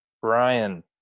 brian